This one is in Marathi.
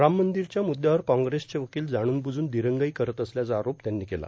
राम मंदिरच्या मुद्यावर काँग्रेसचे वकील जाणूनबूजून दिरंगाई करत असल्याचा आरोप त्यांनी केला